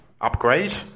upgrade